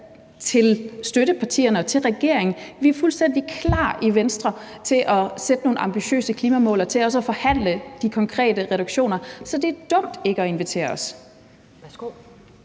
til støttepartierne og regeringen, at vi er fuldstændig klar i Venstre til at sætte nogle ambitiøse klimamål og til også at forhandle de konkrete reduktioner. Så det er dumt ikke at invitere os.